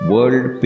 World